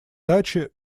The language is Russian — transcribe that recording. дачи